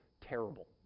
terrible